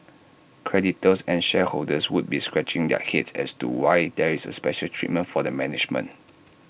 creditors and shareholders would be scratching their heads as to why there is A special treatment for the management